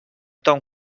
ton